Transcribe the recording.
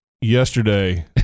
yesterday